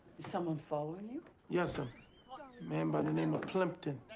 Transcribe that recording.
someone following you? yessir ma'am, by the name of plimpton.